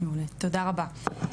מעולה, תודה רבה.